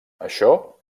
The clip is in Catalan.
això